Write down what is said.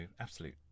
absolute